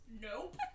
Nope